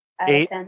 eight